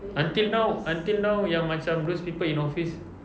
until now until now yang macam those people in office